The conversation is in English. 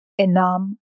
Enam